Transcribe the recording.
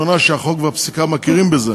שהחוק והפסיקה מכירים בזה,